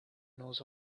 knows